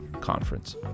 Conference